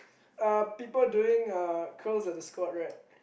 uh people doing uh curls and the squats right